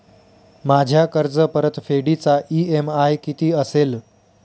माझ्या कर्जपरतफेडीचा इ.एम.आय किती असेल?